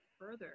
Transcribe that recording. further